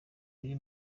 biri